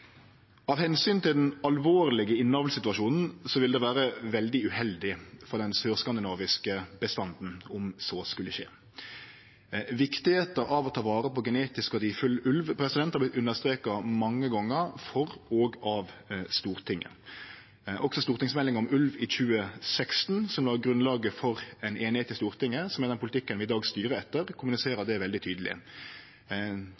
Av omsyn til den alvorlege innavlssituasjonen vil det vere veldig uheldig for den sør-skandinaviske bestanden om så skulle skje. Viktigheita av å ta vare på genetisk verdifull ulv har vorte understreka mange gonger for og av Stortinget. Også stortingsmeldinga om ulv i 2016, som la grunnlaget for ei einigheit i Stortinget, og som er den politikken vi i dag styrer etter,